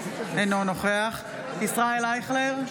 אינו נוכח ישראל אייכלר,